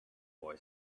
boy